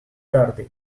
tarde